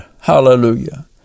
Hallelujah